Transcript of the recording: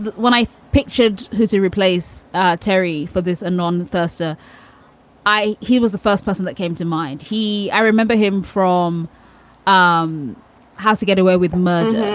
but when i pictured who to replace terri for this anon, and um first ah i he was the first person that came to mind. he i remember him from um how to get away with murder,